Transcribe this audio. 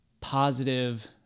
positive